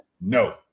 No